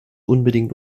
unbedingt